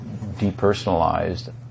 depersonalized